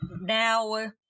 now